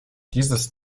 dieses